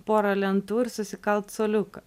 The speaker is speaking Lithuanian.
porą lentų ir susikalt suoliuką